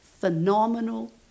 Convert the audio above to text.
phenomenal